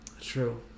true